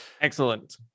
Excellent